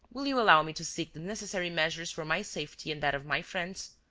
will you allow me to seek the necessary measures for my safety and that of my friends?